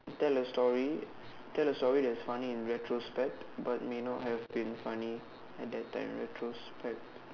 tell a story tell a story that is funny in retrospect but may not have been funny at that time retrospect